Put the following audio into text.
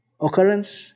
occurrence